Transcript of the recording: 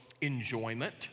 enjoyment